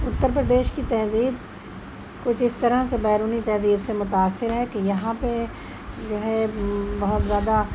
اتُرپردیش کی تہذیب کچھ اس طرح سے بیرونی تہذیب سے متأثر ہے کہ یہاں پہ جو ہے بہت زیادہ